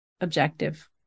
objective